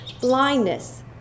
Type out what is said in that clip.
blindness